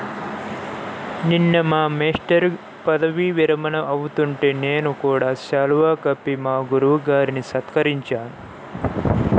నిన్న మా మేష్టారు పదవీ విరమణ అవుతుంటే నేను కూడా శాలువా కప్పి మా గురువు గారిని సత్కరించాను